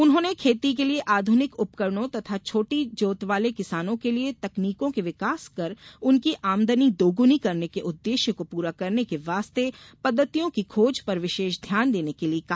उन्होंने खेती के लिए आध्रनिक उपकरणों तथा छोटी जोत वाले किसानों के लिए तकनीकों के विंकास कर उनकी आमदनी दोगुनी करने के उद्देश्य को पूरा करने के वास्ते पद्धतियों की खोज पर विशेष ध्यान देने के लिए कहा